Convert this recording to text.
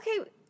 okay